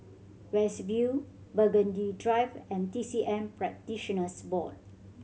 West View Burgundy Drive and T C M Practitioners Board